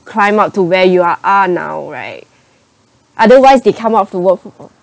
climb up to where you're are now right otherwise they come out to work